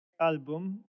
album